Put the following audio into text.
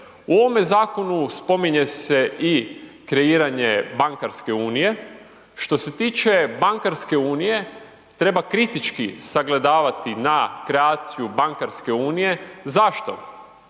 U ovome zakonu spominje se i kreiranje bankarske unije. Što se tiče bankarske unije, treba kritički sagledavati na kreaciju bankarske unije, zašto?